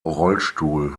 rollstuhl